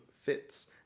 fits